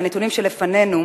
מהנתונים שלפנינו,